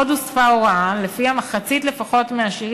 עוד הוספה הוראה שלפיה לפחות מחצית מהשירים